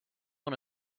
one